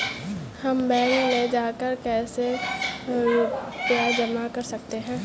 हम बैंक में जाकर कैसे रुपया जमा कर सकते हैं?